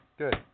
Good